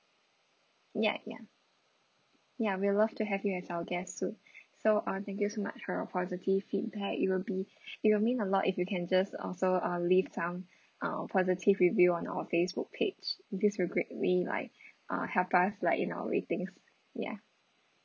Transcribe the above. ya ya ya we'll love to have you as our guest soon so uh thank you so much for your positive feedback it'll be it'll mean a lot if you can just also uh leave some uh positive review on our Facebook page this will greatly like uh help us like in our ratings ya